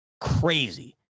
Crazy